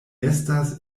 estas